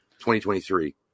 2023